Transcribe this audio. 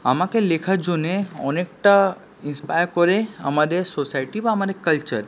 আমাকে লেখার জন্যে অনেকটা ইন্সপায়ার করে আমাদের সোসাইটি বা আমাদের কালচার